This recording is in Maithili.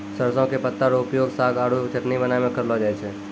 सरसों के पत्ता रो उपयोग साग आरो चटनी बनाय मॅ करलो जाय छै